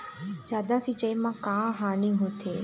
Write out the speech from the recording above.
जादा सिचाई म का हानी होथे?